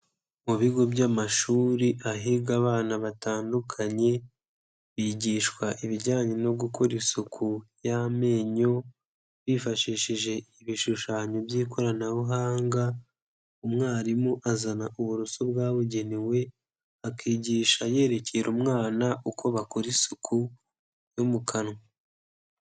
Mu bigo by'amashuri ahiga abana batandukanye, bigishwa ibijyanye no gukora isuku y'amenyo bifashishije ibishushanyo by'ikoranabuhanga, umwarimu azana uburoso bwabugenewe, akigisha yerekera umwana uko bakora isuku yo mu kanwa.